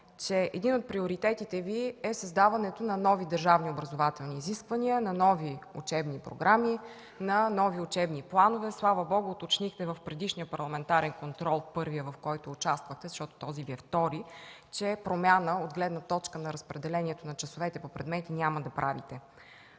че един от приоритетите Ви е създаването на нови държавно-образователни изисквания, на нови учебни програми, на нови учебни планове. Слава Богу, уточни се в предишния парламентарен контрол – първия, в който участвахте, защото този Ви е втори, че промяна от гледна точка на разпределение на часовете по предмети няма да правите.